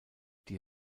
die